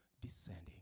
descending